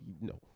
no